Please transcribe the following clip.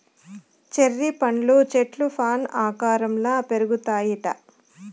cherry పండ్ల చెట్లు fan ఆకారంల పెరుగుతాయిట